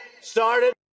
started